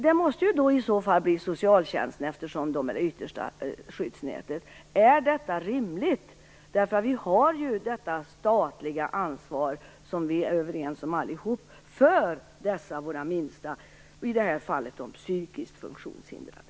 Det måste i så fall bli socialtjänstens ansvar eftersom den utgör det yttersta skyddsnätet. Är detta rimligt? Vi är ju överens om det statliga ansvaret för dessa våra minsta, i det här fallet de psykiskt funktionshindrade.